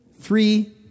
three